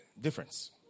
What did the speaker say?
difference